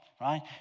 right